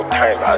time